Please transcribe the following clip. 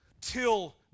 till